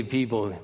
people